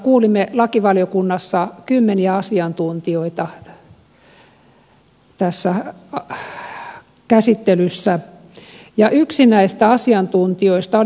kuulimme lakivaliokunnassa kymmeniä asiantuntijoita tässä käsittelyssä ja yksi näistä asiantuntijoista oli suomen kaupan liitto